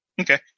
Okay